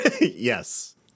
Yes